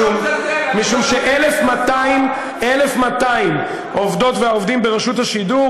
משום ש-1,200 עובדות ועובדים ברשות השידור